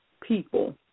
people